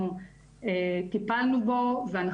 ואני